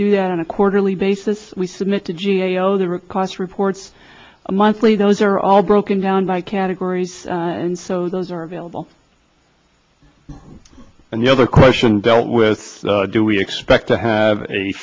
do that on a quarterly basis we submit the g a o the requests reports a monthly those are all broken down by categories and so those are available and the other question dealt with do we expect to have a